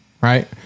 right